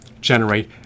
generate